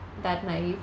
that naive